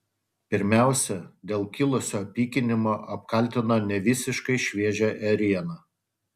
pirmiausia dėl kilusio pykinimo apkaltino nevisiškai šviežią ėrieną